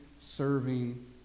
serving